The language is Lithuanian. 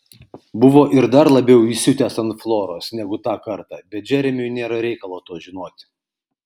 buvo ir dar labiau įsiutęs ant floros negu tą kartą bet džeremiui nėra reikalo to žinoti